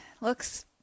Looks